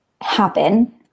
happen